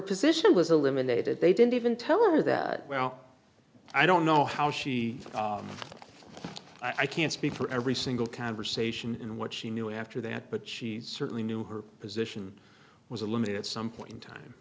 position was eliminated they didn't even tell her that well i don't know how she i can't speak for every single conversation and what she knew after that but she certainly knew her position was a limited at some point in time